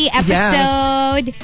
episode